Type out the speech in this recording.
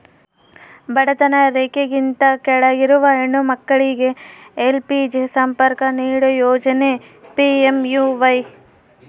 ಬಡತನ ರೇಖೆಗಿಂತ ಕೆಳಗಿರುವ ಹೆಣ್ಣು ಮಕ್ಳಿಗೆ ಎಲ್.ಪಿ.ಜಿ ಸಂಪರ್ಕ ನೀಡೋ ಯೋಜನೆ ಪಿ.ಎಂ.ಯು.ವೈ